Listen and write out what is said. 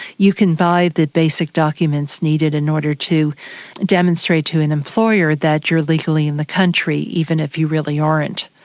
you can buy the basic documents needed in order to demonstrate to an employer that you're legally in the country, even if you really aren't.